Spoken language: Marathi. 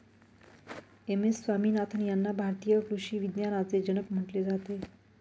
एम.एस स्वामीनाथन यांना भारतीय कृषी विज्ञानाचे जनक म्हटले जाते